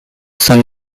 sung